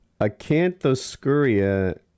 acanthoscuria